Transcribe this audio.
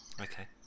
Okay